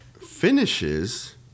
finishes